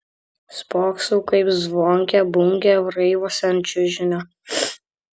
spoksau kaip zvonkė bunkė raivosi ant čiužinio